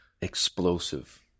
Explosive